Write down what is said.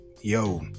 yo